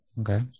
Okay